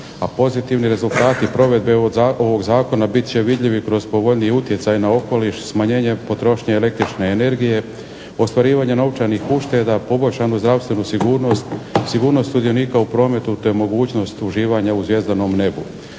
a pozitivni rezultati provedbe ovog zakona bit će vidljivi kroz povoljniji utjecaj na okoliš, smanjenje potrošnje električne energije, ostvarivanje novčanih ušteda, poboljšanju zdravstvenu sigurnost, sigurnost sudionika u prometu te mogućnost uživanja u zvjezdanom nebu.